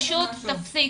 פשוט תפסיקו.